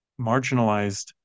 marginalized